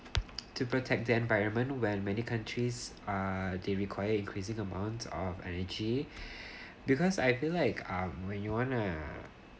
to protect the environment where many countries are are they require increasing amount of energy because I feel like um when you want a